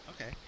Okay